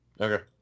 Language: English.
Okay